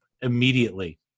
immediately